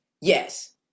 Yes